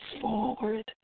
forward